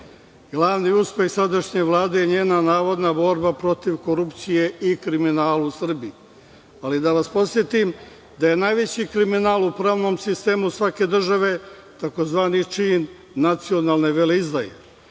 Srbije. Glavni uspeh sadašnje Vlade je njena navodna borba protiv korupcije i kriminala u Srbiji. Da vas podsetim da je najveći kriminal u pravnom sistemu svake države tzv. čin nacionalne veleizdaje.